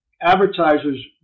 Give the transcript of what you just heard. advertisers